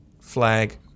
flag